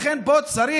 לכן פה צריך